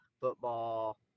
football